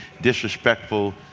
disrespectful